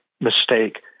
mistake